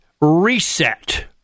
reset